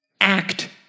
act